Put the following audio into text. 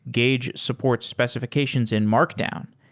gauge supports specifi cations in markdown,